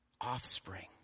offspring